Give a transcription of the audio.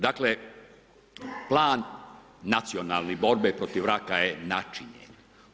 Dakle, Plan nacionalni borbe protiv raka je načinjen.